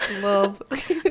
love